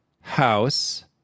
house